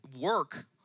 work